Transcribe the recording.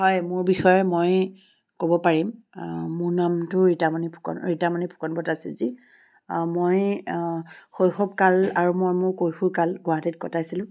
হয় মোৰ বিষয়ে মই ক'ব পাৰিম মোৰ নামটো ৰীতামণি ফুকন ৰীতামণি ফুকন ভট্টাচাৰ্য্যী মই শৈশৱকাল আৰু মই মোৰ কৈশোৰকাল গুৱাহাটীত কটাইছিলোঁ